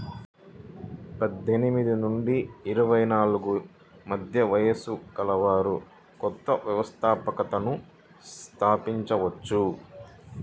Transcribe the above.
పద్దెనిమిది నుంచి అరవై నాలుగు మధ్య వయస్సు గలవారు కొత్త వ్యవస్థాపకతను స్థాపించవచ్చు